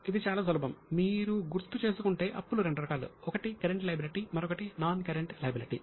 ఇది చాలా సులభం మీరు గుర్తు చేసుకుంటే అప్పులు రెండు రకాలు ఒకటి కరెంట్ లయబిలిటీ మరొకటి నాన్ కరెంట్ లయబిలిటీ